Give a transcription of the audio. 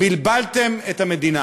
בלבלתם את המדינה.